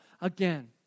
again